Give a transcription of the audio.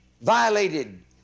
violated